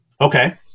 Okay